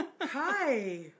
Hi